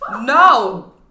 No